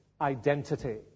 identity